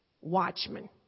Watchmen